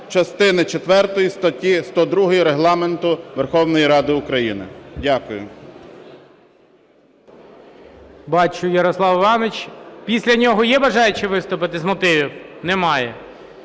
четвертої статті 102 Регламенту Верховної Ради України. Дякую.